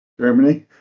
Germany